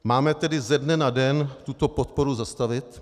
Máme tedy ze dne na den tuto podporu zastavit?